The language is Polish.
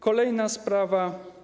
Kolejna sprawa.